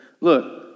look